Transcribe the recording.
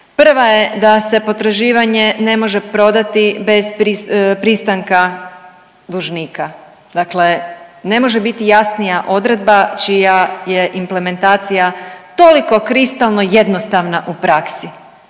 Prva je da se potraživanje ne može prodati bez pristanka dužnika, dakle ne može biti jasnija odredba čija je implementacija toliko kristalno jednostavna u praksi.